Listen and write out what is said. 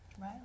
Right